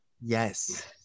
Yes